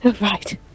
right